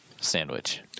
sandwich